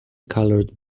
colored